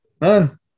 Man